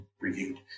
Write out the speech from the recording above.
reviewed